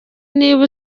niba